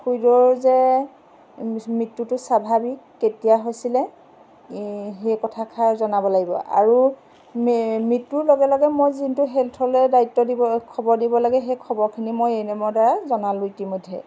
খুড়ীদেউৰ যে মৃত্যুটো স্বাভাৱিক কেতিয়া হৈছিলে সেই কথাষাৰ জনাব লাগিব আৰু মৃত্যুৰ লগে লগে মই যোনটো হেল্থলৈ দায়িত্ব দিব খবৰ দিব লাগে সেই খবৰখিনি মই এ এন এম ৰ দ্বাৰা জনালো ইতিমধ্যে